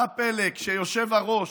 מה הפלא, כשהיושב-ראש,